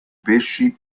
pesci